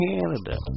Canada